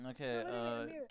Okay